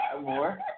more